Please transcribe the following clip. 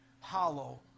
hollow